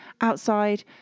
outside